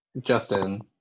Justin